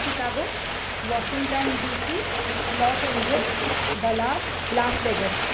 Chicago Washington DC Los Angeles Dallas Las Vegas